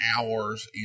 hours